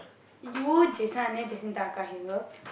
you Jason ah neh Jason here